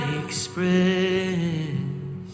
express